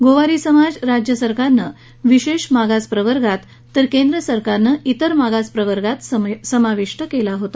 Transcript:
गोवारी समाज राज्य सरकारनं विशेष मागास प्रवर्गात तर केंद्रसरकारनं इतर मागास प्रवर्गात समाविष्ट केलेला होता